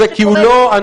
נכון, אבל זה לא הנושא.